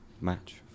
match